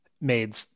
made